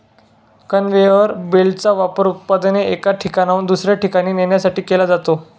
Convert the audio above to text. conveyor बेल्टचा वापर उत्पादने एका ठिकाणाहून दुसऱ्या ठिकाणी नेण्यासाठी केला जातो